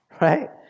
right